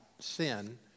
sin